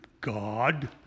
God